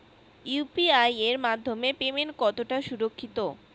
UPI এর মাধ্যমে payment কতটা সুরক্ষিত?